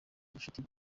ubucuti